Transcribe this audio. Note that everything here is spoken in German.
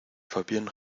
fabienne